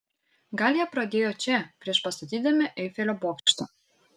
gal jie pradėjo čia prieš pastatydami eifelio bokštą